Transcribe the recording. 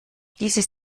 dieses